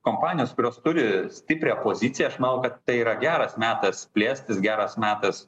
kompanijos kurios turi stiprią poziciją aš manau kad tai yra geras metas plėstis geras metas